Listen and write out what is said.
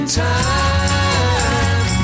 time